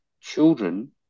children